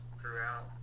throughout